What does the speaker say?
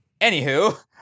Anywho